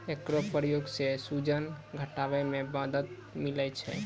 एकरो प्रयोग सें सूजन घटावै म मदद मिलै छै